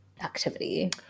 activity